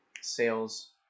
sales